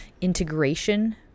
integration